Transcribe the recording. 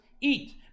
eat